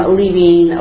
leaving